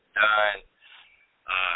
done